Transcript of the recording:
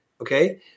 Okay